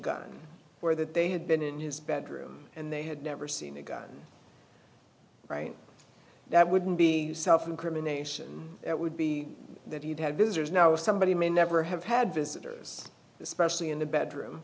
gun or that they had been in his bedroom and they had never seen a gun right that wouldn't be self incrimination it would be that he'd have visitors know somebody may never have had visitors especially in the